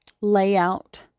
layout